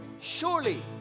surely